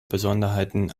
besonderheiten